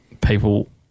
people